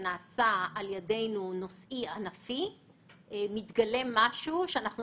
ענפי שנעשה על ידנו מתגלה משהו שאנחנו